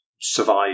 survive